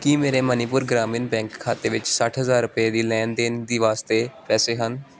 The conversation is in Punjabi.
ਕੀ ਮੇਰੇ ਮਨੀਪੁਰ ਗ੍ਰਾਮੀਣ ਬੈਂਕ ਖਾਤੇ ਵਿੱਚ ਸੱਠ ਹਜ਼ਾਰ ਰੁਪਏ ਦੀ ਲੈਣ ਦੇਣ ਦੇ ਵਾਸਤੇ ਪੈਸੇ ਹਨ